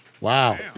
wow